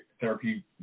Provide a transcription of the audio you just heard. therapy